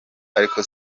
ariko